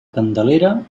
candelera